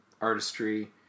artistry